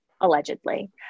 allegedly